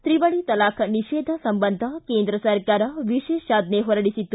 ತ್ರಿವಳಿ ತಲಾಖ್ ನಿಷೇಧ ಸಂಬಂಧ ಕೇಂದ್ರ ಸರ್ಕಾರ ವಿಶೇಷಾಜ್ಞೆ ಹೊರಡಿಸಿತ್ತು